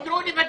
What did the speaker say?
תקראו ל-ודים.